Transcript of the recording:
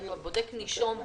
כשאתה בודק נישום,